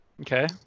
Okay